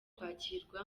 kwakirwa